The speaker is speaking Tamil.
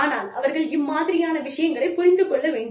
ஆனால் அவர்கள் இம்மாதிரியான விஷயங்களை புரிந்து கொள்ள வேண்டும்